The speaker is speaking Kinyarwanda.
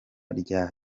rya